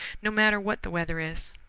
no matter what the weather is.